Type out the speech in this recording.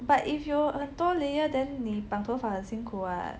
but if you're a tall layer then 你绑头发很辛苦 [what]